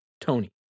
Tony